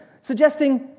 suggesting